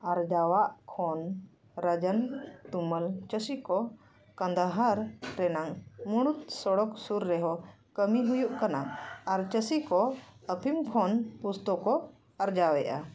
ᱟᱨᱡᱟᱣᱟᱜ ᱠᱷᱚᱱ ᱨᱟᱡᱚᱱ ᱛᱩᱢᱟᱹᱞ ᱪᱟᱹᱥᱤ ᱠᱚ ᱠᱟᱱᱫᱟᱦᱟᱨ ᱨᱮᱱᱟᱜ ᱢᱩᱲᱩᱫ ᱥᱚᱲᱚᱠ ᱥᱩᱨ ᱨᱮᱦᱚᱸ ᱠᱟᱹᱢᱤ ᱦᱩᱭᱩᱜ ᱠᱟᱱᱟ ᱟᱨ ᱪᱟᱹᱥᱤ ᱠᱚ ᱟᱯᱷᱤᱢ ᱠᱷᱚᱱ ᱯᱩᱥᱛᱩ ᱠᱚ ᱟᱨᱡᱟᱣᱮᱜᱼᱟ